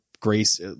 Grace